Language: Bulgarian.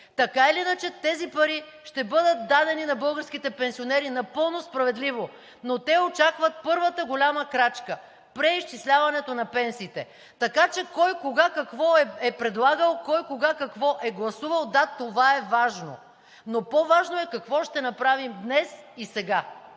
на пенсиите. Тези пари ще бъдат дадени на българските пенсионери напълно справедливо, но те очакват първата голяма крачка – преизчисляването на пенсиите. Така че кой, кога, какво е предлагал, кой, кога, какво е гласувал, да, това е важно, но по-важно е какво ще направим днес и сега.